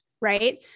right